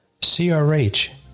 CRH